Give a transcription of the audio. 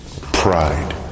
pride